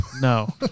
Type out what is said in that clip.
No